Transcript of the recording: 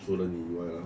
除了你以外 ah